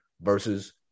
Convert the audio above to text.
Versus